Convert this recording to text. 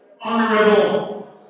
honorable